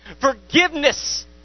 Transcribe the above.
Forgiveness